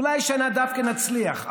אולי השנה דווקא נצליח,